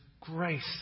grace